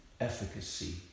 efficacy